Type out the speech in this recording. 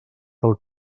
del